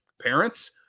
parents